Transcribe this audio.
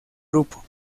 grupo